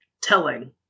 telling